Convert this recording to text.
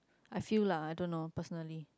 I fee lah I don't know personally